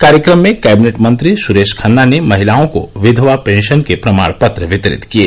कार्यक्रम में कैबिनेट मंत्री सुरेश खन्ना ने महिलाओं को विधवा पेंशन के प्रमाण पत्र वितरित किये